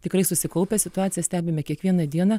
tikrai susikaupę situaciją stebime kiekvieną dieną